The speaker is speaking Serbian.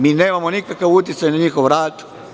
Mi nemamo nikakav uticaj na njihov rad.